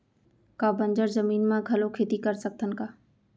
का बंजर जमीन म घलो खेती कर सकथन का?